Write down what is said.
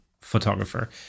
photographer